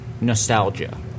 nostalgia